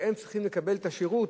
שהם צריכים לקבל את השירות,